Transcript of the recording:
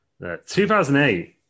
2008